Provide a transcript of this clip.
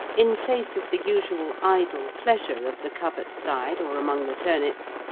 in place of the usual idle pleasure of the covert-side or among the turnips,